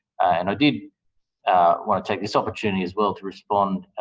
and i did want to take this opportunity as well to respond